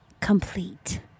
complete